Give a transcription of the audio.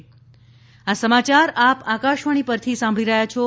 corona appeal આ સમાચાર આપ આકાશવાણી પરથી સાંભળી રહ્યા છો